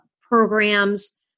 programs